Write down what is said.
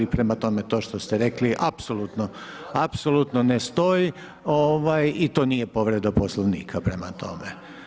Prema tome, to što ste rekli apsolutno ne stoji i to nije povreda Poslovnika prema tome.